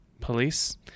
police